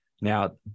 Now